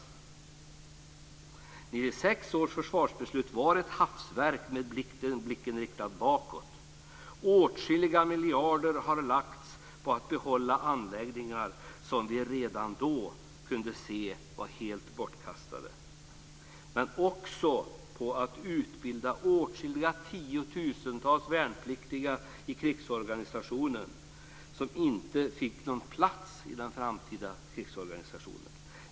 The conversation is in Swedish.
1996 års försvarsbeslut var ett hafsverk med blicken riktad bakåt. Åtskilliga miljarder har lagts på att behålla anläggningar som vi redan då kunde se var helt bortkastade, men också på att utbilda åtskilliga tiotusentals värnpliktiga som inte fick någon plats i den framtida krigsorganisationen.